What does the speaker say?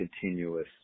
continuous